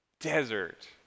desert